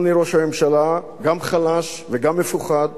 אתה, אדוני ראש הממשלה, גם חלש וגם מפוחד.